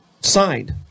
Signed